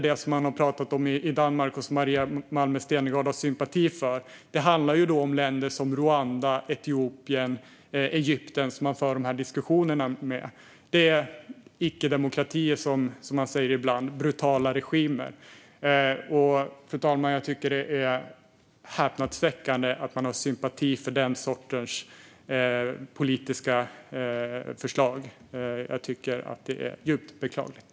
Det som man har pratat om i Danmark och som Maria Malmer Stenergard har sympati för handlar om länder som Rwanda, Etiopien och Egypten, som det förs diskussioner med. Detta är icke-demokratier, som det sägs ibland. Det är brutala regimer. Jag tycker att det är häpnadsväckande, fru talman, att man har sympati för den sortens politiska förslag. Jag tycker att det är djupt beklagligt.